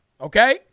okay